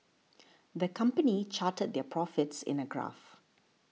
the company charted their profits in a graph